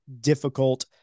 difficult